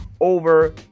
over